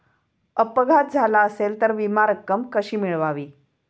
अपघात झाला असेल तर विमा रक्कम कशी मिळवावी?